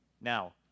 Now